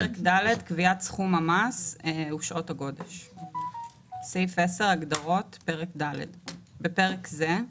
פרק ד' 10. בפרק זה,